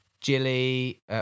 Jilly